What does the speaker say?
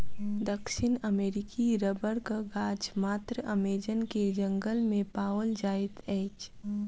दक्षिण अमेरिकी रबड़क गाछ मात्र अमेज़न के जंगल में पाओल जाइत अछि